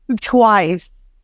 twice